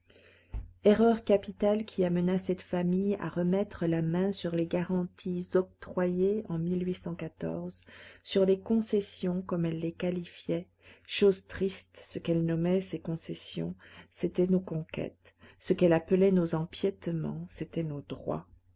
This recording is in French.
erreur capitale qui amena cette famille à remettre la main sur les garanties octroyées en sur les concessions comme elle les qualifiait chose triste ce qu'elle nommait ses concessions c'étaient nos conquêtes ce qu'elle appelait nos empiétements c'étaient nos droits